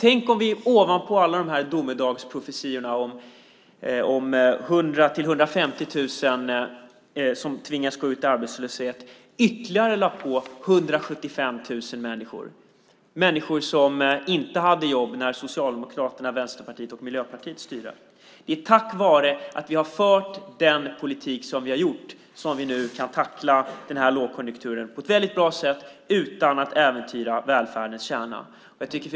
Tänk om vi ovanpå alla domedagsprofetior om 100 000-150 000 arbetslösa lade på ytterligare 175 000 människor - alltså de som inte hade jobb när Socialdemokraterna, Vänsterpartiet och Miljöpartiet styrde. Det är tack vare att vi har fört den politik som vi har gjort som vi nu kan tackla lågkonjunkturen på ett bra sätt utan att äventyra välfärdens kärna.